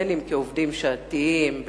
אם כעובדים שעתיים,